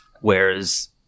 whereas